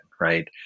right